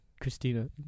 Christina